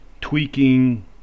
tweaking